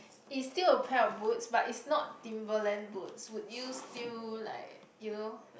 is still a pair of boots but is not Timberland boots would you still like you know